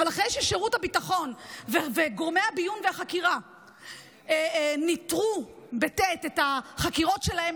אבל אחרי ששירות הביטחון וגורמי הביון והחקירה ניטרו את החקירות שלהם,